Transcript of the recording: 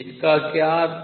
इसका क्या अर्थ है